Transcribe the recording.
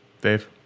Dave